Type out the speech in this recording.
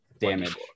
damage